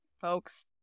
folks